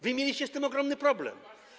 Wy mieliście z tym ogromny problem.